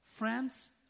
Friends